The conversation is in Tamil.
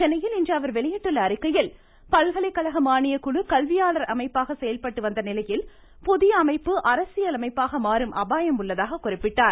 சென்னையில் இன்று அவர் வெளியிட்டுள்ள அறிக்கையில் பல்கலைக்கழக மானியக்குழு கல்வியாளர் அமைப்பாக செயல்பட்டு வந்த நிலையில் புதிய அமைப்பு அரசியல் அமைப்பாக மாறும் அபாயம் உள்ளதாக குறிப்பிட்டுள்ளார்